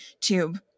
tube